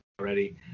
already